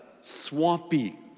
swampy